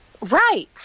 Right